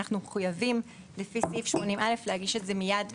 אנחנו מחויבים לפי סעיף 80(א) להגיש את זה מיד,